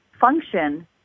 function